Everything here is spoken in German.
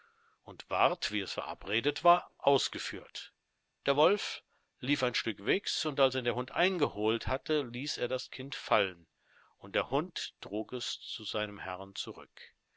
und ward wie es verabredet war ausgeführt der wolf lief ein stück wegs und als ihn der hund eingeholt hatte ließ er das kind fallen und der hund trug es seinem herrn zurück